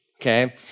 Okay